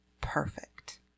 perfect